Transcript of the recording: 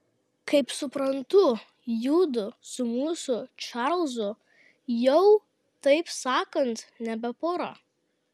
kaip suprantu judu su mūsų čarlzu jau taip sakant nebe pora